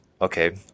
okay